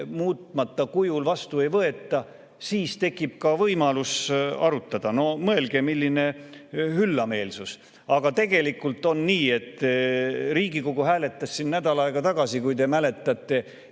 muutmata kujul vastu ei võeta, siis tekib ka võimalus arutada. No mõelge, milline üllameelsus! Aga tegelikult on nii, et Riigikogu hääletas siin nädal aega tagasi, kui te mäletate,